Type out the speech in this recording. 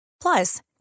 Plus